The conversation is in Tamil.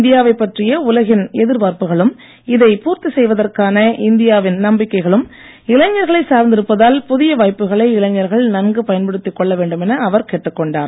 இந்தியாவைப் பற்றிய உலகின் எதிர்பார்ப்புகளும் இதைப் பூர்த்தி செய்வதற்கான இந்தியாவின் நம்பிக்கைகளும் இளைஞர்களை சார்ந்திருப்பதால் புதிய வாய்ப்புக்களை இளைஞர்கள் நன்கு பயன்படுத்திக் கொள்ள வேண்டும் என அவர் கேட்டுக் கொண்டார்